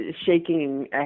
shaking